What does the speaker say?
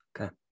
Okay